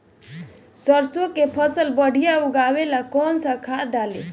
सरसों के फसल बढ़िया उगावे ला कैसन खाद डाली?